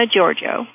Giorgio